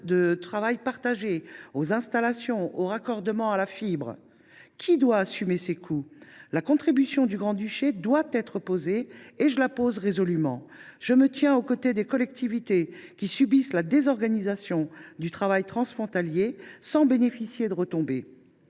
de travail partagés, aux installations, aux raccordements à la fibre, etc. Qui doit assumer ces coûts ? La question de la contribution du Grand Duché doit être posée, et je la pose résolument. Je me tiens aux côtés des collectivités qui subissent la désorganisation du travail transfrontalier sans bénéficier de retombées.